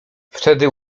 wtedy